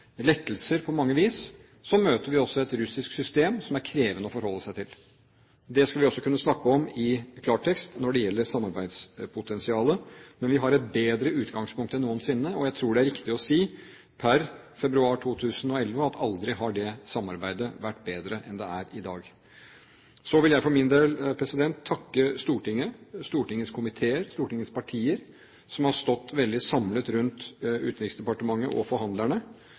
lettelser på mange vis, så møter vi også et russisk system som er krevende å forholde seg til. Det skal vi også kunne snakke om i klartekst når det gjelder samarbeidspotensial. Men vi har et bedre utgangspunkt enn noensinne, og jeg tror det er riktig å si per februar 2011 at aldri har det samarbeidet vært bedre enn det er i dag. Så vil jeg for min del takke Stortinget, Stortingets komiteer og Stortingets partier, som har stått veldig samlet rundt Utenriksdepartementet og forhandlerne,